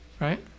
Right